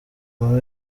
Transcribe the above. muri